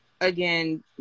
again